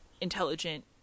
intelligent